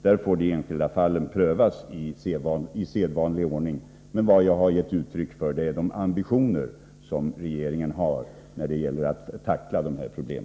De enskilda fallen får prövas i sedvanlig ordning. Vad jag har gett uttryck för här är de ambitioner som regeringen har när det gäller att tackla dessa problem.